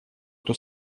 эту